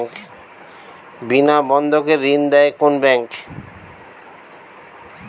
বিনা বন্ধকে ঋণ দেয় কোন ব্যাংক?